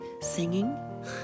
singing